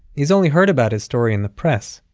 he's only heard about his story in the press.